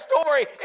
story